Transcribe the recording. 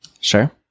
Sure